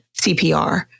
CPR